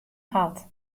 hat